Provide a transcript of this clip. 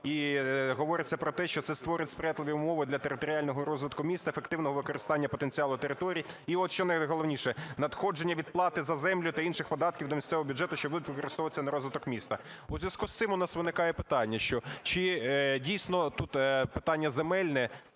і говориться про те, що це створить сприятливі умови для територіального розвитку міста, ефективного використання потенціалу територій, і от що найголовніше, надходження від плати за землю та інші податки до місцевого бюджету, що будуть використовуватися на розвиток міста. У зв'язку із цим у нас виникає питання, чи дійсно тут питання земельне